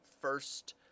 first